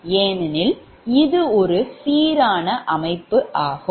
ஏனெனில் இது ஒரு சீரான அமைப்பு ஆகும்